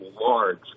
large